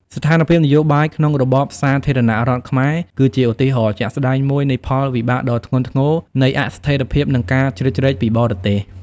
ស្ថានភាពនយោបាយក្នុងរបបសាធារណរដ្ឋខ្មែរគឺជាឧទាហរណ៍ជាក់ស្តែងមួយនៃផលវិបាកដ៏ធ្ងន់ធ្ងរនៃអស្ថិរភាព និងការជ្រៀតជ្រែកពីបរទេស។